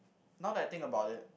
now that I that I think about it